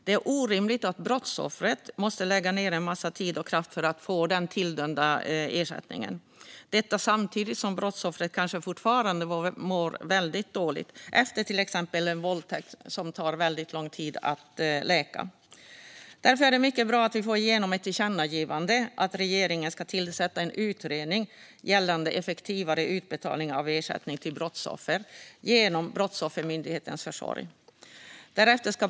Det är orimligt att brottsoffret måste lägga ned en massa tid och kraft för att få den tilldömda ersättningen samtidigt som brottsoffret kanske fortfarande mår väldigt dåligt efter till exempel en våldtäkt som tar mycket lång tid att läka. Därför är det mycket bra att vi får igenom ett tillkännagivande om att regeringen ska tillsätta en utredning gällande effektivare utbetalning av ersättning till brottsoffer genom Brottsoffermyndighetens försorg.